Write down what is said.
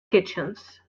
kitchens